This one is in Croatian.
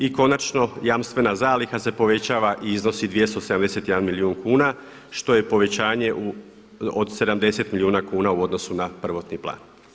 I konačno jamstvena zaliha se povećava i iznosi 271 milijun kuna što je povećanje od 70 milijuna kuna u odnosu na prvotni plan.